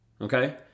okay